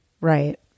right